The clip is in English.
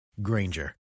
Granger